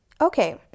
Okay